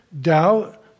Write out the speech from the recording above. doubt